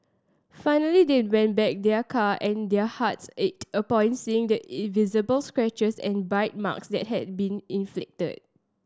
finally they went back their car and their hearts ached upon seeing the visible scratches and bite marks that had been inflicted